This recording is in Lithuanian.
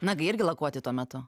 nagai irgi lakuoti tuo metu